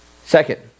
Second